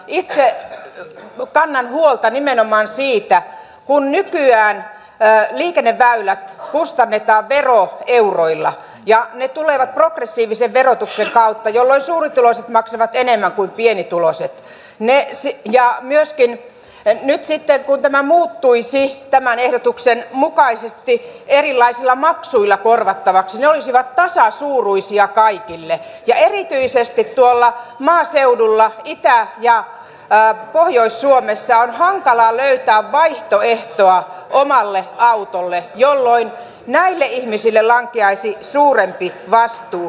itse kannan huolta nimenomaan siitä kun nykyään liikenneväylät kustannetaan veroeuroilla ja ne tulevat progressiivisen verotuksen kautta jolloin suurituloiset maksavat enemmän kuin pienituloiset ja myöskin nyt kun tämä muuttuisi tämän ehdotuksen mukaisesti erilaisilla maksuilla korvattavaksi ne olisivat tasasuuruisia kaikille ja erityisesti tuolla maaseudulla itä ja pohjois suomessa on hankala löytää vaihtoehtoa omalle autolle jolloin näille ihmisille lankeaisi suurempi vastuu